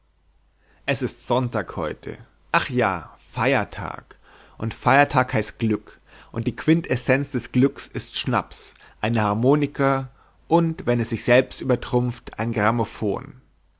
es ist sonntag heute ach ja feiertag und feiertag heißt glück und die quintessenz des glücks ist schnaps eine harmonika und wenn es sich selbst übertrumpft ein grammophon